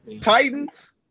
Titans